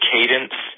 Cadence